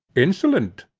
insolent.